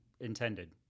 Intended